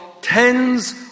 tens